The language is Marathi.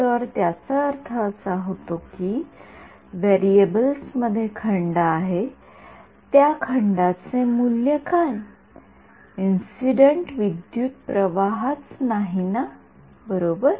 तर त्याचा अर्थ असा होतो कि व्हेरिएबल्समध्ये खंड आहे त्या खंडाचे मूल्य काय इंसिडेन्ट विद्युतप्रवाहच नाही ना बरोबर